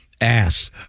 ass